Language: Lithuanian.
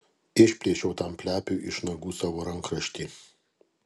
išplėšiau tam plepiui iš nagų savo rankraštį